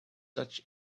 such